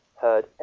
heard